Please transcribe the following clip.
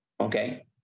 okay